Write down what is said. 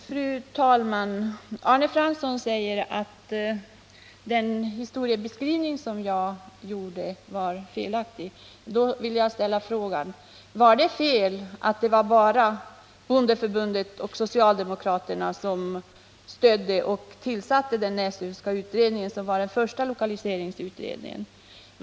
Fru talman! Arne Fransson säger att den historiebeskrivning som jag gjorde var felaktig. Då frågar jag: Är det fel att det bara var bondeförbundet och socialdemokraterna som tillsatte och stödde den Näslundska utredningen, som var den första lokaliseringsutredningen?